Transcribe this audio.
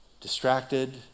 distracted